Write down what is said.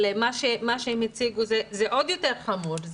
אבל מה שהם הציגו זה עוד יותר חמור.